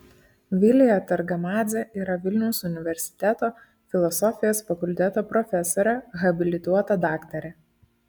vilija targamadzė yra vilniaus universiteto filosofijos fakulteto profesorė habilituota daktarė